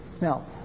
Now